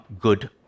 good